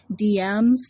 DMs